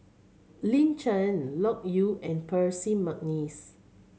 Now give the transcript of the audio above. Lin Chen Loke Yew and Percy McNeice